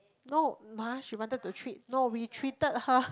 no lah she wanted to treat no we treated her